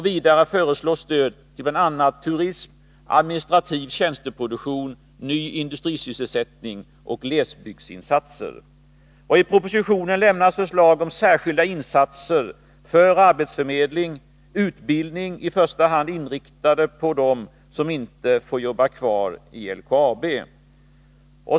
Vidare föreslås stöd till bl.a. turism, administrativ tjänsteproduktion, ny industrisysselsättning och glesbygdsinsatser. I propositionen lämnas förslag om särskilda insatser för arbetsförmedling och utbildning, i första hand inriktade på dem som inte får jobba kvar i LKAB.